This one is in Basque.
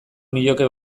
nioke